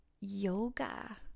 yoga